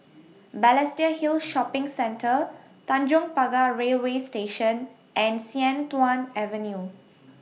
Balestier Hill Shopping Centre Tanjong Pagar Railway Station and Sian Tuan Avenue